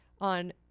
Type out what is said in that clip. on